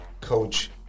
coach